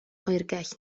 oergell